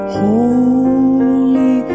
holy